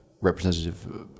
representative